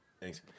Thanks